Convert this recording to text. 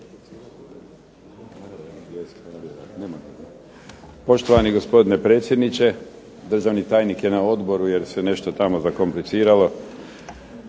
Poštovani gospodine predsjedniče, državni tajnik je na odboru jer se nešto tamo zakompliciralo.